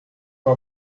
com